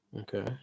Okay